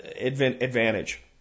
advantage